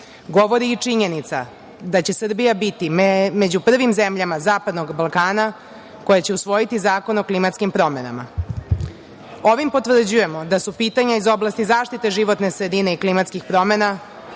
govori i činjenica da će Srbija biti među prvim zemljama zapadnog Balkana koja će usvojiti zakon o klimatskim promenama. Ovim potvrđujemo da su pitanja iz oblasti zaštite životne sredine i klimatskih promena